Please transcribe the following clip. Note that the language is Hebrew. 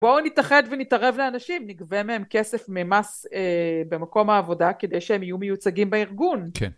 בואו נתאחד ונתערב לאנשים, נגבה מהם כסף ממס במקום העבודה, כדי שהם יהיו מיוצגים בארגון. כן.